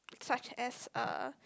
such as uh